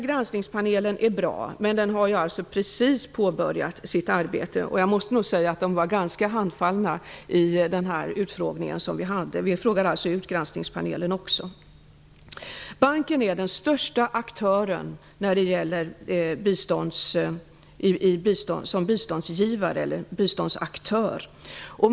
Granskningspanelen är bra, men den har precis påbörjat sitt arbete. Jag måste nog säga att den var ganska handfallen i den utfrågning som vi hade. Vi frågade alltså ut granskningspanelen också. Banken är den största biståndsgivaren eller biståndsaktören.